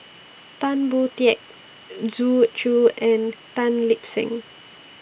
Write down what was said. Tan Boon Teik Zhu Xu and Tan Lip Seng